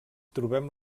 trobem